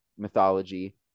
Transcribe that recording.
mythology